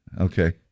Okay